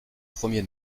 premier